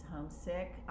homesick